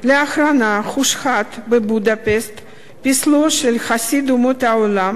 לאחרונה הושחת בבודפשט פסלו של חסיד אומות העולם